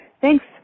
Thanks